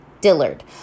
Dillard